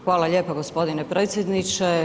Hvala lijepo gospodine predsjedniče.